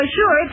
sure